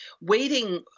waiting